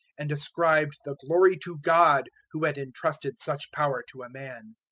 and ascribed the glory to god who had entrusted such power to a man.